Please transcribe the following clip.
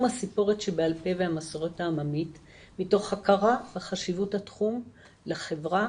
הסיפורת שבעל פה והמסורת העממית מתוך הכרה בחשיבות התחום לחברה,